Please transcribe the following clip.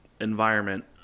environment